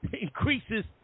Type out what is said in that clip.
increases